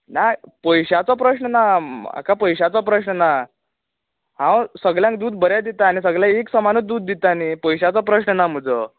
ना पयशांचो प्रश्न ना म्हाका पयशांचो प्रश्न ना हांव सगल्यांक दूद बरेंत दिता आनी सगले एकसमानूत दूद दिता न्ही पयशांचो प्रश्न ना म्हुजो